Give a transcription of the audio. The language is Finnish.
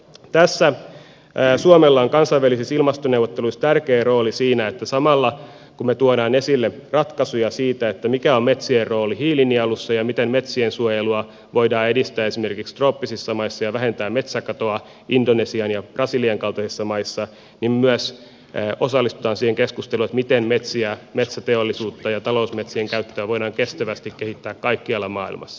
tässä suomella on kansainvälisissä ilmastoneuvotteluissa tärkeä rooli siinä että samalla kun me tuomme esille ratkaisuja siihen mikä on metsien rooli hiilinielussa ja miten metsien suojelua voidaan edistää esimerkiksi trooppisissa maissa ja vähentää metsäkatoa indonesian ja brasilian kaltaisissa maissa myös osallistutaan siihen keskusteluun miten metsiä metsäteollisuutta ja talousmetsien käyttöä voidaan kestävästi kehittää kaikkialla maailmassa